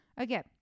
Okay